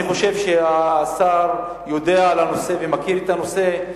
אני חושב שהשר יודע על הנושא ומכיר את הנושא.